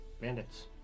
bandits